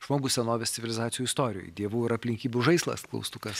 žmogų senovės civilizacijų istorijoje dievų ir aplinkybių žaislas klaustukas